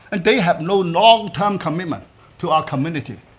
and they have no long-term commitment to our community.